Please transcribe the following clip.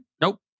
Nope